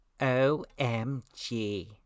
OMG